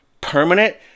permanent